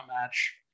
match